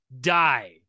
die